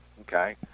okay